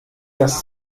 das